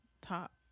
top